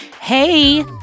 Hey